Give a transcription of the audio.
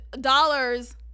dollars